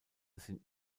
sind